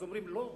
אז אומרים: לא,